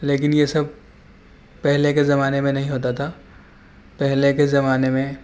لیکن یہ سب پہلے کے زمانے میں نہیں ہوتا تھا پہلے کے زمانے میں